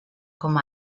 com